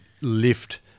lift